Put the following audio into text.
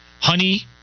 honey